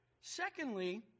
Secondly